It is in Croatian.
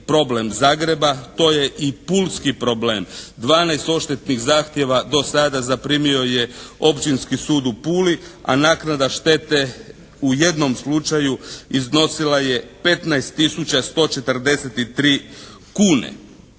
problem Zagreba, to je i pulski problem. 12 odštetnih zahtjeva dosada zaprimio je Općinski sud u Puli, a naknada štete u jednom slučaju iznosila je 15 tisuća 143 kune.